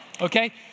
Okay